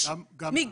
גם למעונות.